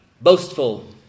boastful